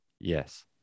yes